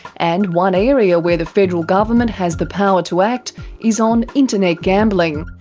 and one area where the federal government has the power to act is on internet gambling.